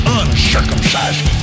uncircumcised